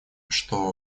что